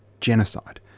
Genocide